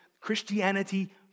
Christianity